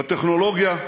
בטכנולוגיה,